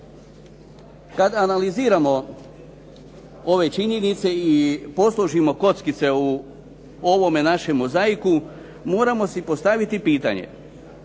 Kada analiziramo ove činjenice i posložimo kockice u ovom našem mozaiku moramo si postaviti pitanje.